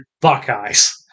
Buckeyes